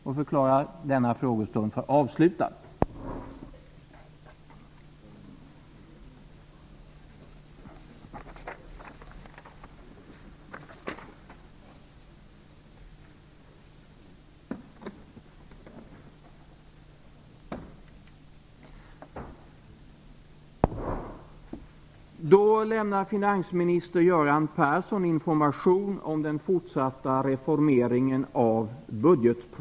Jag förklarar härmed denna frågestund avslutad.